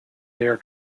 their